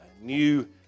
new